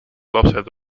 lapsed